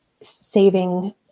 saving